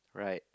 right